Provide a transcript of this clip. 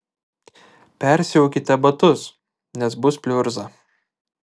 persiaukite batus nes bus pliurza